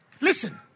Listen